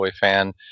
fan